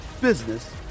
business